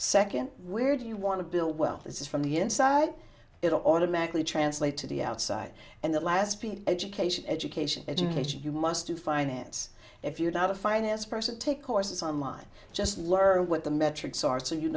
second where do you want to build wealth this is from the inside it will automatically translate to the outside and that last piece education education education you must do finance if you're not a finance person take courses online just learn what the metrics are so you